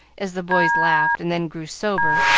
as the boys laughed, and then grew sober,